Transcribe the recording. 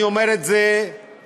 אני אומר את זה לחמאס